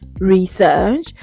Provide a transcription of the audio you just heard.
Research